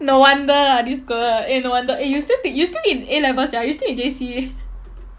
no wonder ah this girl eh no wonder eh you still thi~ you still in A-level sia you still in J_C